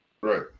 Right